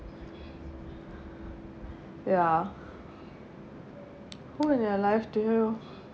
ya who in your life do you